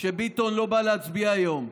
שביטון לא בא להצביע היום,